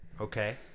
Okay